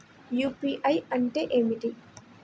UPI అంటే ఏమిటీ?